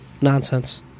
nonsense